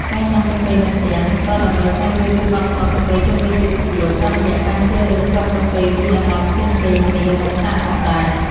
ការញ៉ាំកាហ្វេនៅផ្ទះ ក៏ដើម្បីស្វែងយល់ពីវប្បធម៌កាហ្វេជុំវិញពិភពលោកតាមរយៈការជ្រើសរើសគ្រាប់កាហ្វេពីតំបន់ផ្សេងៗគ្នាមកសាកផងដែរ។